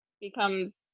becomes